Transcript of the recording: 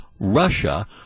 Russia